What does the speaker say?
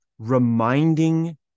reminding